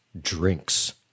drinks